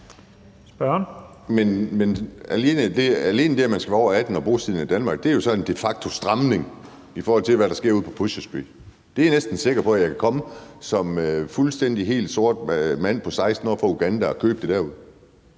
Andersen (NB): Men alene det, at man skal være over 18 år og bosiddende i Danmark, er jo så en de facto-stramning, i forhold til hvad der sker ude på Pusher Street. Der er jeg næsten sikker på at jeg kan komme som fuldstændig sort mand på 16 år fra Uganda og købe det.